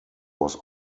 was